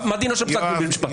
מה דינו של פסק דין בית משפט עליון?